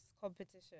competition